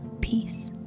peace